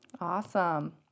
Awesome